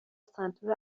سنتور